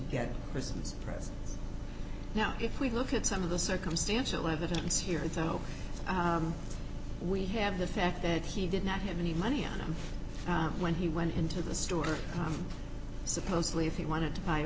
presents now if we look at some of the circumstantial evidence here and so we have the fact that he did not have any money on him when he went into the store supposedly if he wanted to buy a